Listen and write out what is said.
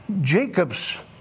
Jacob's